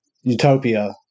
utopia